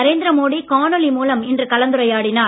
நரேந்திர மோடி காணொலி மூலம் இன்று கலந்துரையாடினார்